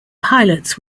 pilots